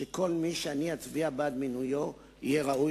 שכל מי שאני אצביע בעד מינויו יהיה ראוי